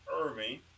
Irving